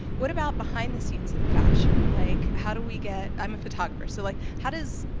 what about behind the scenes in fashion? like, how do we get i'm a photographer, so like how does?